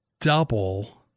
double